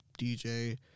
DJ